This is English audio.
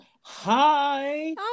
hi